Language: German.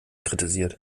kritisiert